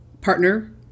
partner